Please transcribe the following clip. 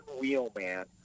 Wheelman